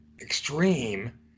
extreme